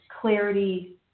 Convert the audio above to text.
clarity